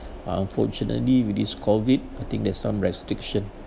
ah unfortunately with this COVID I think there's some restriction